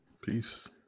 Peace